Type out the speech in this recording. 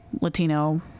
latino